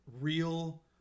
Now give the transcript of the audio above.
real